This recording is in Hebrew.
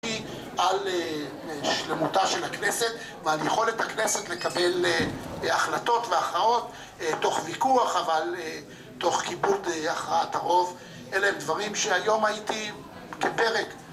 על שלמותה של הכנסת, ועל יכולת הכנסת לקבל החלטות והכרעות תוך ויכוח אבל תוך כיבוד הכרעת הרוב אלה הם דברים שהיום הייתי כפרק